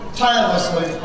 tirelessly